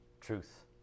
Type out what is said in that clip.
truth